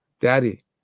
Daddy